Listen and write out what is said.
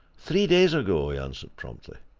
three days ago, he answered promptly.